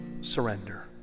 surrender